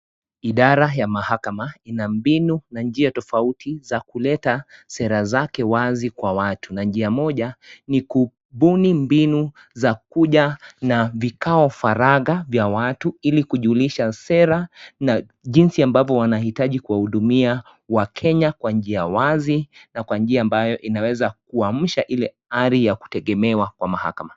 Idara ya mahakama ina mbinu na njia tofauti za kuleta sera zake wazi kwa watu. Na njia moja ni kubuni mbinu za kuja na vikao faraga vya watu, ili kujulisha sera na jinsi ambavyo wanahitaji kuwahudumia wakenya kwa njia wazi, na kwa njia ambayo inaweza kuamsha ile ari ya kutegemewa kwa mahakama.